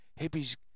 hippies